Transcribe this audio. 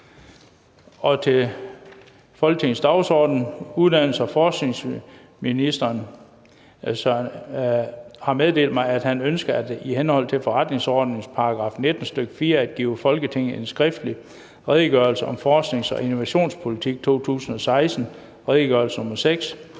ovenfor). Uddannelses- og forskningsministeren (Søren Pind) har meddelt mig, at han ønsker i henhold til forretningsordenens § 19, stk. 4, at give Folketinget en skriftlig Redegørelse om forsknings- og innovationspolitik 2016. (Redegørelse nr.